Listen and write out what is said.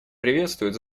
приветствует